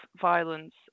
violence